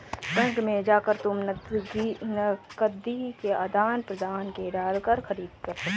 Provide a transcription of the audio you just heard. bank में जाकर तुम नकदी के आदान प्रदान से डॉलर खरीद सकती हो